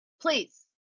please